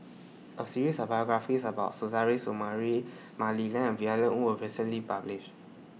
A series biographies about Suzairhe Sumari Mah Li Lian Violet Oon recently published